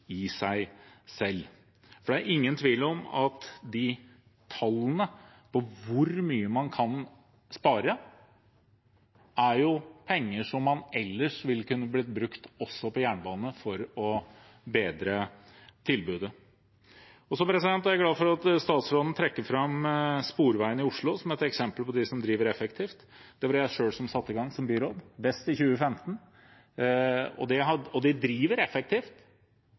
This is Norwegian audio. i seg selv. For det er ingen tvil om at tallene på hvor mye man kan spare, er tall og penger som ellers ville kunne blitt brukt på jernbane for å bedre tilbudet. Så er jeg glad for at statsråden trekker fram Sporveien i Oslo som et eksempel på dem som driver effektivt. Det var det jeg som byråd som satte i gang – Best 2015. De driver effektivt. Jeg var helt klart for at det